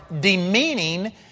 demeaning